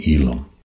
Elam